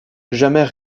jamais